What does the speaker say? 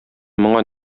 моңа